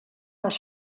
els